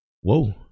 Whoa